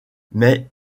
mais